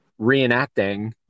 reenacting